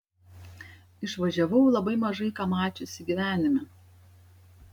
išvažiavau labai mažai ką mačiusi gyvenime